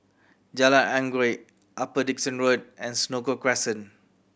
Jalan Anggerek Upper Dickson Road and Senoko Crescent